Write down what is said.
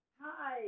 Hi